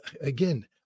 Again